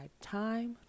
time